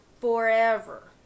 forever